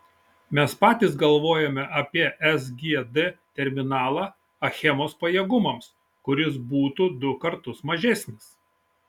mes patys galvojome apie sgd terminalą achemos pajėgumams kuris būtų du kartus mažesnis